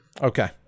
okay